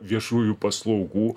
viešųjų paslaugų